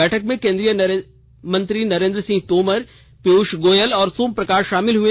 बैठक में केन्द्रीय मंत्री नरेन्द्र सिंह तोमर पीयूष गोयल और सोम प्रकाश शामिल हए